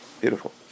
Beautiful